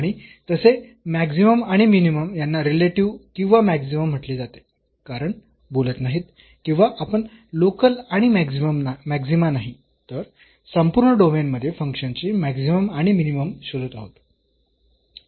आणि तसे मॅक्सिमम आणि मिनिमम यांना रिलेटिव्ह किंवा मॅक्सिमम म्हटले जाते कारण बोलत नाही किंवा आपण लोकल आणि मॅक्सीमा नाही तर संपूर्ण डोमेन मध्ये फंक्शनचे मॅक्सिमम आणि मिनिमम शोधत आहोत